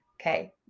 Okay